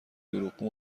دروغگو